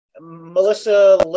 Melissa